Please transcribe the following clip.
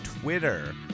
Twitter